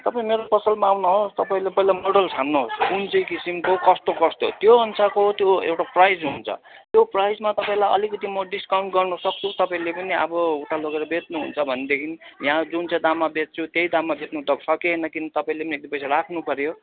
तपाईँ मेरो पसलमा आउनु होस् तपाईँले पहिला मोडल छान्नु होस् कुन चाहिँ किसिमको कस्तो कस्तो त्यो अनुसारको त्यो एउटा प्राइज हुन्छ त्यो प्राइजमा म अलिकति तपाईँलाई डिस्काउन्ट गर्न सक्छु तपाईँले पनि अब उता लगेर बेच्नु हुन्छ भनेदेखि यहाँ जुन चाहिँ दाममा बेच्छु त्यही दाममा बेच्नु त सकिएन किन भने तपाईँले एक दुई पैसा राख्नु पर्यो